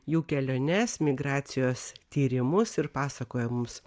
jų keliones migracijos tyrimus ir pasakojo mums